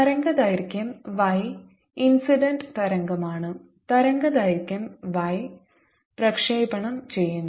തരംഗദൈർഘ്യം y incident തരംഗമാണ് തരംഗദൈർഘ്യം y പ്രക്ഷേപണം ചെയ്യുന്നു